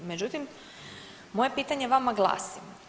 Međutim, moje pitanje vama glasi.